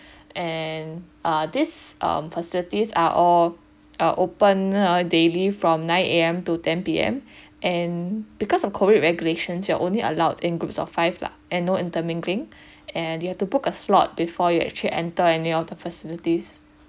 and uh this um facilities are all are open uh daily from nine A M to ten P M and because of COVID regulations you're only allowed in groups of five lah and no intermingling and you have to book a slot before you actually enter any of the facilities